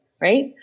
right